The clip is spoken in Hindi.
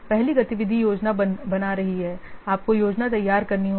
पहली गतिविधि योजना बना रही है आपको योजना तैयार करनी होगी